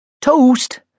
Toast